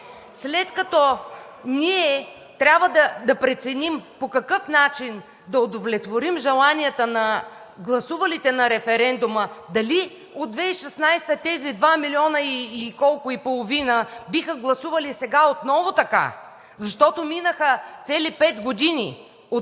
След като ние трябва да преценим по какъв начин да удовлетворим желанията на гласувалите на референдума, дали от 2016 г. тези два милиона и колко – и половина биха гласували сега отново така, защото минаха цели пет години от